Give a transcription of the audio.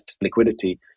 liquidity